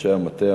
אנשי המטה,